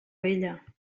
vella